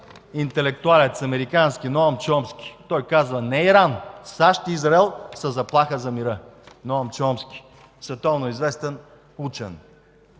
интелектуалец – Ноам Чомски. Той казва: „Не Иран, САЩ и Израел са заплаха за мира.“ Ноам Чомски – световно известен учен.